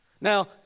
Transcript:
Now